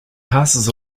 passes